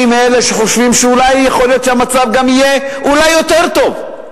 אני מאלה שחושבים שאולי יכול להיות שהמצב גם יהיה יותר טוב.